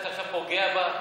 שאתה עכשיו פוגע בה?